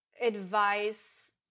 advice